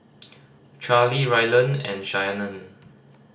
Charlie Ryland and Shanon